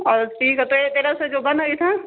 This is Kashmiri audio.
آ ٹھیٖک حظ تُہۍ حظ تیٚلہِ حظ تھٲزیو بنٲیِتھ